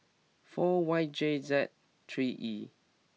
four Y J Z three E